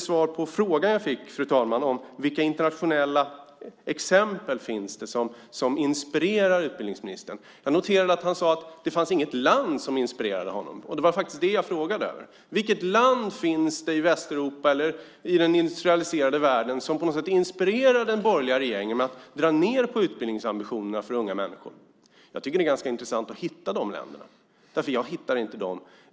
Jag frågade vilka internationella exempel som finns som inspirerar utbildningsministern. Jag noterade att han sade att det inte finns något land som inspirerar honom. Det var faktiskt det som jag frågade om. Vilket är det land i Västeuropa eller i den industrialiserade världen som på något sätt inspirerar den borgerliga regeringen genom att dra ned på utbildningsambitionerna för unga människor? Jag tycker att det är ganska intressant att man hittar dessa länder därför att jag inte hittar dem.